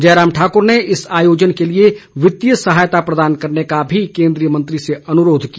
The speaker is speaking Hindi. जयराम ठाक्र ने इस आयोजन के लिए वित्तीय सहायता प्रदान करने का भी केंद्रीय मंत्री से अनुरोध किया